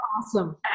awesome